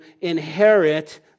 inherit